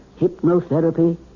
hypnotherapy